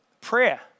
prayer